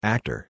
Actor